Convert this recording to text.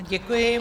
Děkuji.